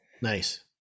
nice